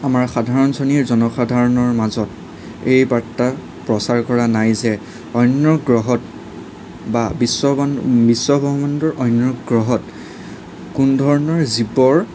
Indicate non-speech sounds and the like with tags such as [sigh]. আমাৰ সাধাৰণ শ্ৰেণীৰ জনসাধাৰণৰ মাজত এই বাৰ্তা প্ৰচাৰ কৰা নাই যে অন্য গ্ৰহত বা [unintelligible] বিশ্বব্ৰহ্মাণ্ডৰ অন্য গ্ৰহত কোনোধৰণৰ জীৱৰ